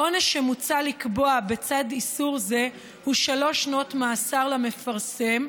העונש שמוצע לקבוע בצד איסור זה הוא שלוש שנות מאסר למפרסם,